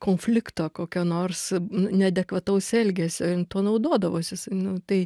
konflikto kokio nors neadekvataus elgesio jin tuo naudodavosi tai